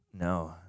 no